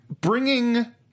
Bringing